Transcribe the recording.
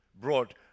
brought